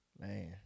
man